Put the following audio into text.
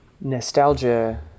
nostalgia